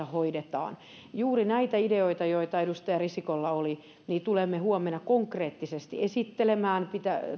hoidetaan juuri näitä ideoita joita edustaja risikolla oli tulemme huomenna konkreettisesti esittelemään